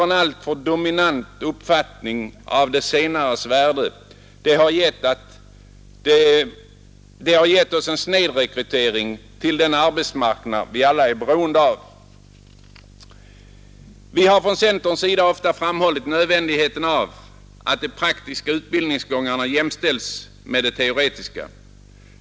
En alltför dominant uppfattning av de senares värde har gett oss en snedrekrytering till den arbetsmarknad som vi alla är beroende av. Vi har från centerns sida ofta framhållit nödvändigheten av att de praktiska utbildningsgångarna jämställs med de teoretiska.